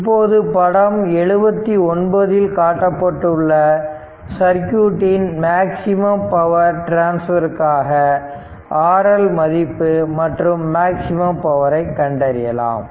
இப்போது படம் 79 இல் காட்டப்பட்டுள்ள சர்க்யூட் இன் மேக்ஸிமம் பவர் டிரான்ஸ்பர்க்காக RL மதிப்பு மற்றும் மேக்சிமம் பவரை கண்டறியலாம்